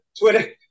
Twitter